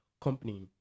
company